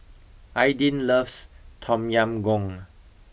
Aydin loves Tom Yam Goong